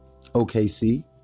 OKC